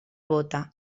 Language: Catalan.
bóta